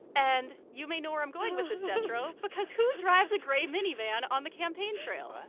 and you may know where i'm going with this, detrow. because who drives a gray minivan on the campaign trail? what?